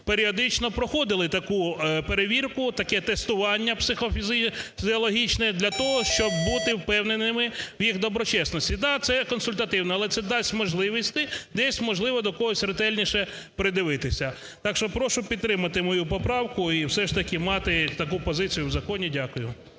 періодично проходили таку перевірку, таке тестування психофізіологічне, для того щоб бути впевненими в їх доброчесності. Да, це консультативно, але це дасть можливості десь, можливо, до когось ретельніше придивитися. Так що прошу підтримати мою поправку і все ж таки мати таку позицію в законі. Дякую.